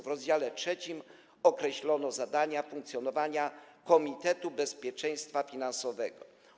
W rozdziale 3 określono zadania funkcjonowania Komitetu Bezpieczeństwa Finansowego.